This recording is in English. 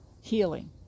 healing